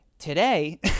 today